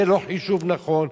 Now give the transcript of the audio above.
זה לא חישוב נכון.